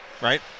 right